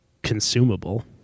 Consumable